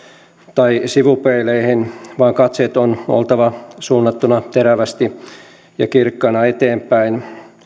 tai sivupeileihin vaan katseiden on oltava suunnattuna terävästi ja kirkkaana eteenpäin